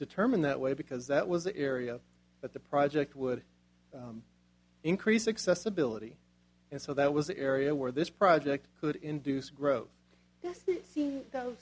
determined that way because that was the area that the project would increase excess ability and so that was the area where this project could induce gro